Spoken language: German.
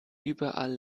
überall